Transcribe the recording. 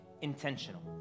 intentional